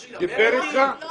אני צריך שידבר אתי?